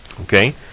okay